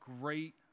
great